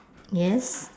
yes